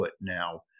now